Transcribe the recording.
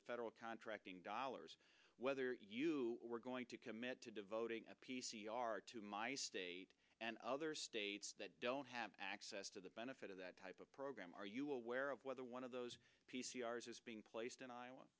of federal contracting dollars whether you were going to commit to devoting a p c r to my state and other states that don't have access to the benefit of that type of program are you aware of whether one of those p c r is being placed in iowa